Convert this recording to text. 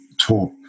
talk